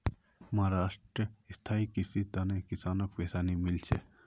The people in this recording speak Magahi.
महाराष्ट्रत स्थायी कृषिर त न किसानक पैसा मिल तेक